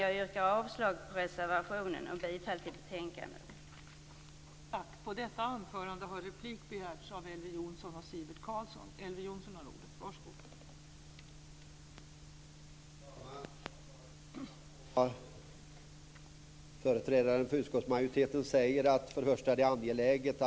Jag yrkar avslag på reservationen och bifall till hemställan i betänkandet.